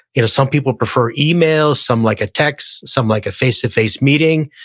you know some people prefer email, some like a text, some like a face-to-face meeting.